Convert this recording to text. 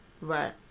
Right